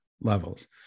levels